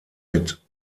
mit